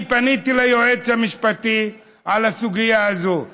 אני פניתי ליועץ המשפטי בסוגיה הזאת,